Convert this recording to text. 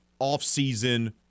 offseason